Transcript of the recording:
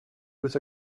with